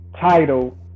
title